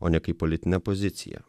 o ne kaip politinę poziciją